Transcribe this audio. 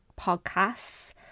podcasts